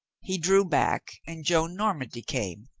he drew back and joan normandy came,